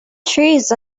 trees